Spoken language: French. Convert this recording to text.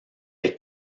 est